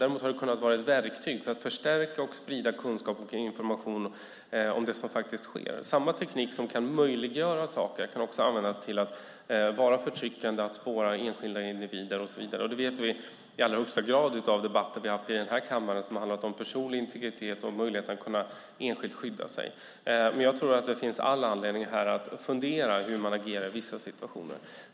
Däremot har de kunnat vara ett verktyg för att förstärka och sprida kunskap och information om det som faktiskt sker. Samma teknik som kan möjliggöra saker kan också användas till att vara förtryckande, spåra enskilda individer och så vidare. Det vet vi i allra högsta grad efter debatter som vi har haft i denna kammare som har handlat om personlig integritet och möjligheterna för enskilda att kunna skydda sig. Men jag tror att det finns all anledning här att fundera på hur man agerar i vissa situationer.